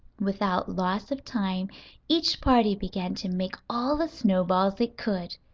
without loss of time each party began to make all the snowballs it could.